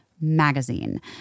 Magazine